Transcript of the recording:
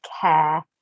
care